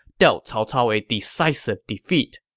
dealt cao cao a decisive defeat.